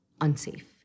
unsafe